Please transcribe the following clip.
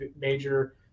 major